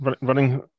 running